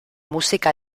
música